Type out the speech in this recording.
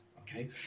okay